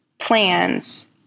plans